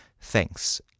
Thanks